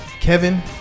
Kevin